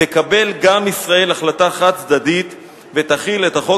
תקבל גם ישראל החלטה חד-צדדית ותחיל את החוק